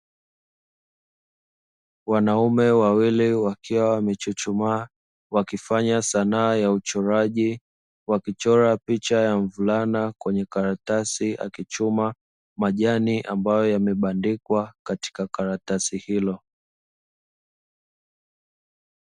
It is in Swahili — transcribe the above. Wanaume wawili wakiwa wamechuchumaa wakifanya sanaa ya uchoraji wakichora picha ya mvulana kwenye karatasi akichuma majani ambayo yamebandikwa katika karatasi hilo.